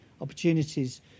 opportunities